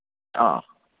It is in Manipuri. ꯑꯥ ꯑꯥ